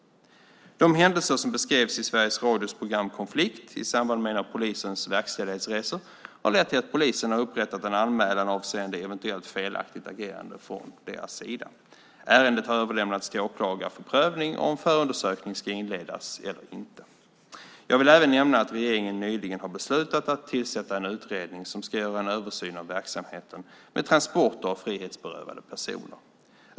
De händelser i samband med en av polisens verkställighetsresor som beskrevs i Sveriges Radios program Konflikt har lett till att polisen har upprättat en anmälan avseende eventuellt felaktigt agerande från deras sida. Ärendet har överlämnats till åklagare för prövning om förundersökning ska inledas eller inte. Jag vill även nämna att regeringen nyligen har beslutat att tillsätta en utredning som ska göra en översyn av verksamheten med transporter av frihetsberövade personer.